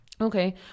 okay